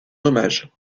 hommage